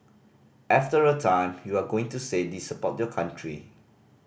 after a time you are going to say this about your country